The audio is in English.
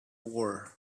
war